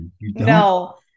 No